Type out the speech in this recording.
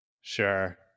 Sure